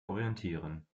orientieren